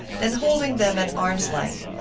then holding them at arm's length,